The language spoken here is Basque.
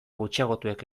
gutxiagotuek